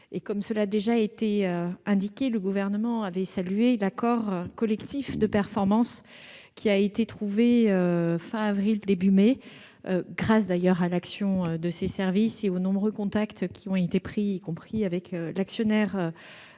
été particulièrement suivi par le Gouvernement, qui avait salué l'accord collectif de performance trouvé fin avril-début mai, grâce d'ailleurs à l'action de ses services et aux nombreux contacts qui ont été pris, y compris avec l'actionnaire